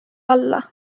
alla